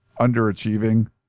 underachieving